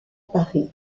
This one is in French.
paris